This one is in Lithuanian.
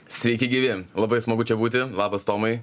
sveiki gyvi labai smagu čia būti labas tomai